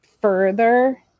further